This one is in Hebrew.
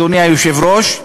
אדוני היושב-ראש,